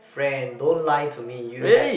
friend don't lie to me you have